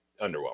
underwhelming